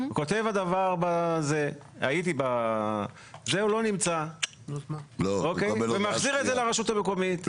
כותב הדוור שהוא היה והוא לא נמצא ומחזיר את זה לרשות המקומית.